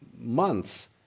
months